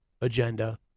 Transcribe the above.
agenda